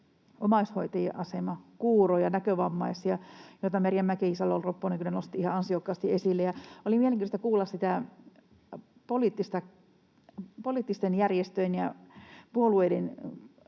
Omaishoitajien asema, kuurot, näkövammaiset, joita Merja Mäkisalo-Ropponen kyllä nosti ihan ansiokkaasti esille. Oli mielenkiintoista kuulla poliittisten järjestöjen ja puolueiden